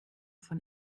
von